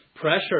pressure